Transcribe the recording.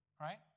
Right